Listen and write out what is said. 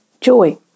joy